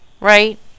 Right